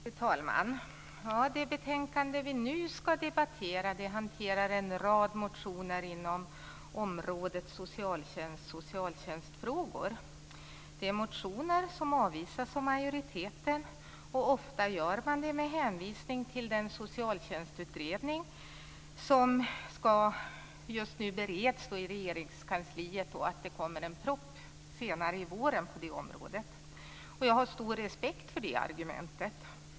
Fru talman! Det betänkande vi nu ska debattera behandlar en rad motioner inom området socialtjänstfrågor. Det är motioner som avvisas av majoriteten. Ofta gör man det med hänvisning till den socialtjänstutredning som just nu bereds i Regeringskansliet och att det kommer en proposition senare under våren på området. Jag har stor respekt för det argumentet.